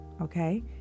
okay